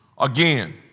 again